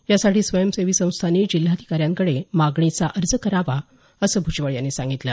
यासाठी स्वयंसेवी संस्थांनी जिल्हाधिकाऱ्यांकडे मागणीचा अर्ज करावा असं भुजबळ यांनी सांगितलं